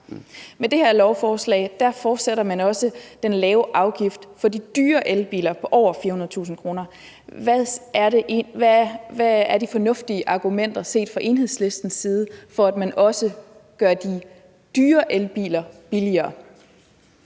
Med det her lovforslag fortsætter man også den lave afgift for de dyre elbiler på over 400.000 kr. Hvad er de fornuftige argumenter set fra Enhedslistens side for, at man også gør de dyre elbiler billigere?